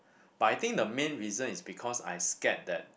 but I think the main reason is because I scared that